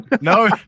no